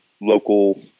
local